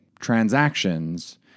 transactions